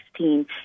2016